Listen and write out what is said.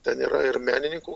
ten yra ir menininkų